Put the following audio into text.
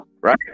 right